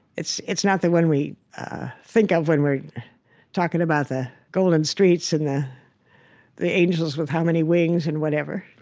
it's it's not the one we think of when we're talking about the golden streets and the the angels with how many wings and whatever,